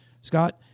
Scott